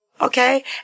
Okay